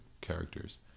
characters